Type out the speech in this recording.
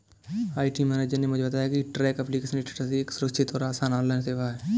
IT manager ने मुझे बताया की ट्रैक एप्लीकेशन स्टेटस एक सुरक्षित और आसान ऑनलाइन सेवा है